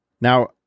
Now